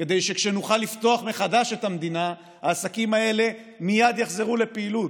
כדי שכשנוכל לפתוח מחדש את המדינה העסקים האלה מייד יחזרו לפעילות,